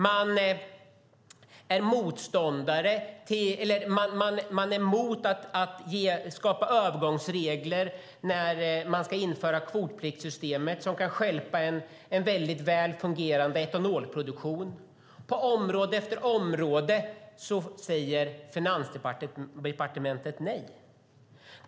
Man är mot att skapa övergångsregler när man ska införa kvotpliktssystemet, som kan stjälpa en väl fungerande etanolproduktion. På område efter område säger Finansdepartementet nej.